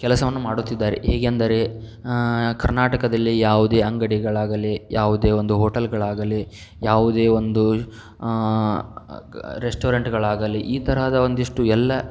ಕೆಲಸವನ್ನು ಮಾಡುತ್ತಿದ್ದಾರೆ ಹೇಗೆಂದರೆ ಕರ್ನಾಟಕದಲ್ಲಿ ಯಾವುದೇ ಅಂಗಡಿಗಳಾಗಲಿ ಯಾವುದೇ ಒಂದು ಹೋಟೆಲ್ಗಳಾಗಲಿ ಯಾವುದೇ ಒಂದು ರೆಸ್ಟೋರೆಂಟ್ಗಳಾಗಲಿ ಈ ತರಹದ ಒಂದಿಷ್ಟು ಎಲ್ಲ